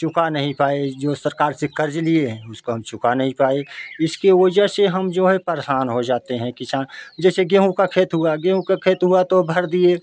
चुका नहीं पाए जो सरकार से कर्ज लिए उसको हम चुका नहीं पाए इसके वजह से हम जो है परेशान हो जाते हैं किसा जैसे गेहूँ का खेत हुआ गेहूँ का खेत हुआ तो भर दिए